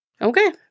Okay